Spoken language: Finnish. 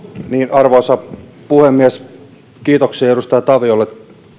arvoisa puhemies kiitoksia edustaja taviolle